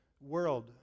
world